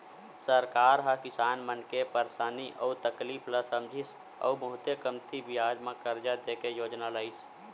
सरकार ह किसान मन के परसानी अउ तकलीफ ल समझिस अउ बहुते कमती बियाज म करजा दे के योजना लइस